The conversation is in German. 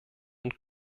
und